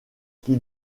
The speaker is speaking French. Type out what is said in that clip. qui